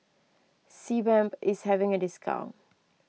Sebamed is having a discount